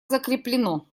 закреплено